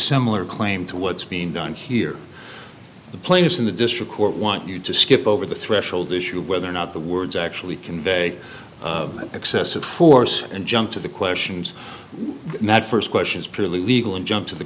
similar claim to what's being done here the plaintiffs in the district court want you to skip over the threshold issue of whether or not the words actually convey excessive force and jump to the questions that first questions purely legal and jump to the